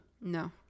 No